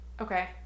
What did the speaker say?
Okay